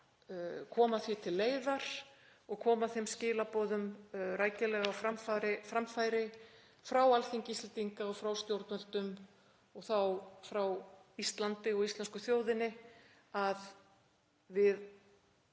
koma því til leiðar og koma þeim skilaboðum rækilega á framfæri frá Alþingi Íslendinga og frá stjórnvöldum og þá frá Íslandi og íslensku þjóðinni að við